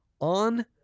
on